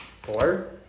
Four